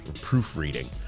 proofreading